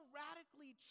radically